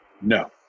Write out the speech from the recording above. no